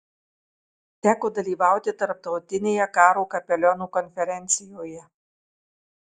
teko dalyvauti tarptautinėje karo kapelionų konferencijoje